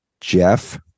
Jeff